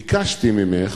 ביקשתי ממך,